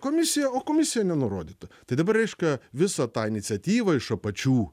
komisija o komisija nenurodyta tai dabar reiška visą tą iniciatyvą iš apačių